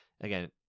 again